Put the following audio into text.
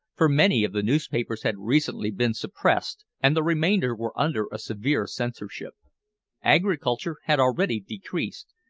for many of the newspapers had recently been suppressed and the remainder were under a severe censorship agriculture had already decreased,